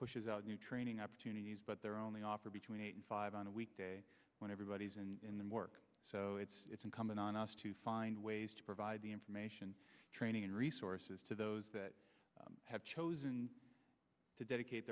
pushes out new training opportunities but they're only offer between eight and five on a weekday when everybody's in in the work so it's it's incumbent on us to find ways to provide the information training and resources to those that have chosen to dedicate